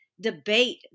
debate